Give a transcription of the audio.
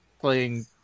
playing